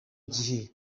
gihe